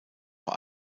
vor